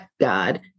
God